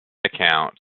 accounts